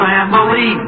Family